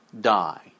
die